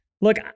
Look